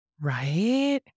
Right